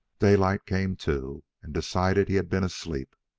daylight came to, and decided he had been asleep.